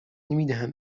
نمیدهم